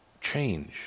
change